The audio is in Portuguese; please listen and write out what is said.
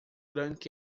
grand